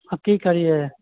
आब कि करियै